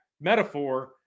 metaphor